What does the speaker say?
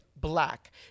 black